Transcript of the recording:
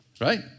right